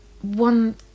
one